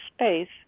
space